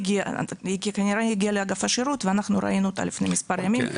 היא כנראה הגיעה לאגף השירות ואנחנו ראינו אותה לפני מספר ימים.